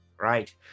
Right